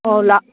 ꯑꯣ